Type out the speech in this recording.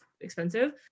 expensive